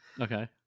Okay